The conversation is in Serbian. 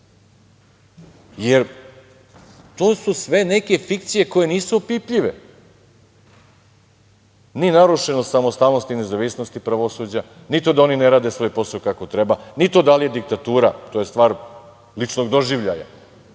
jer to su sve neke fikcije koje nisu opipljive, ni narušena samostalnost i nezavisnost pravosuđa, ni to da oni ne rade svoj posao kako treba, ni to da li je diktatura, to je stvar ličnog doživljaja.